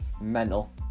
Mental